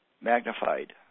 magnified